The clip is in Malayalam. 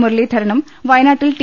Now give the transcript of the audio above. മുരളീധരനും വയനാട്ടിൽ ടി